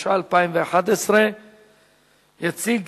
התשע"ב 2011. יציג